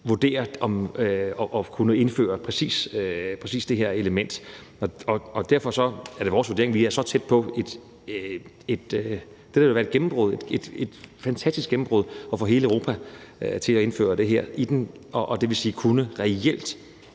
vurdere at kunne indføre præcis det her element. Derfor er det vores vurdering, at vi er så tæt på det, der vil være et fantastisk gennembrud, nemlig at få hele Europa til at indføre det her, og det vil sige reelt